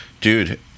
Dude